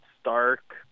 stark